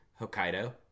Hokkaido